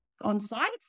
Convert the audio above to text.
on-site